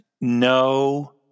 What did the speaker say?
No